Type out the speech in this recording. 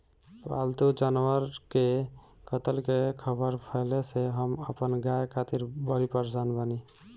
पाल्तु जानवर के कत्ल के ख़बर फैले से हम अपना गाय खातिर बड़ी परेशान बानी